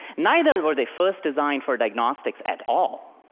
neither were they first designed for diagnostics at all.